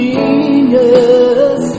Genius